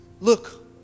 look